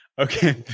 Okay